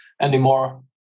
anymore